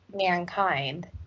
mankind